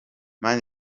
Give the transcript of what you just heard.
man